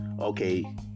Okay